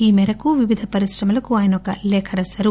ఈ మేరకు వివిధ పరిశ్రమలకు ఆయన ఒక లేఖ రాశారు